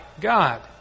God